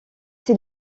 ses